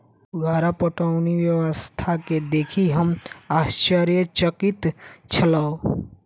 फुहार पटौनी व्यवस्था के देखि हम आश्चर्यचकित छलौं